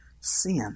sin